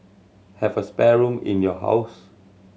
have a spare room in your house